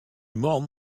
man